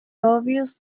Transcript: obvious